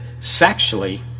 sexually